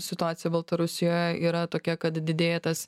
situacija baltarusijoje yra tokia kad didėja tas